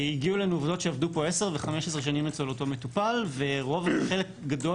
הגיעו לנו עובדות שעבדו פה 10 ו-15 שנים אצל אותו מטופל וחלק גדול